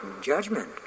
judgment